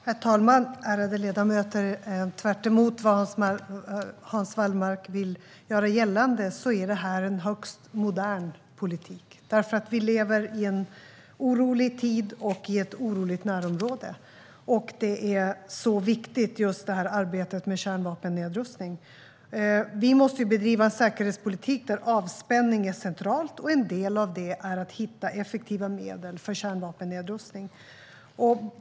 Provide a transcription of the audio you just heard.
Herr talman! Ärade ledamöter! Tvärtemot vad Hans Wallmark vill göra gällande är det här en högst modern politik. Vi lever i en orolig tid och i ett oroligt närområde. Arbetet med kärnvapennedrustning är viktigt. Vi måste bedriva en säkerhetspolitik där avspänning är centralt; en del av det är att hitta effektiva medel för kärnvapennedrustning.